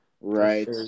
Right